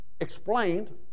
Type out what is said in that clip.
explained